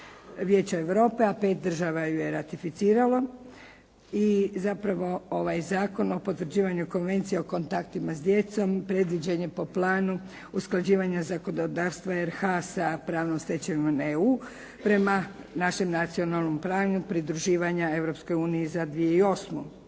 Vijeća Europe, a 5 država ju je ratificiralo i zapravo ovaj Zakon o potvrđivanju Konvencije o kontaktima s djecom predviđen je po planu usklađivanja zakonodavstva RH sa pravnom stečevinom EU prema našem nacionalnom planu pridruživanja Europskoj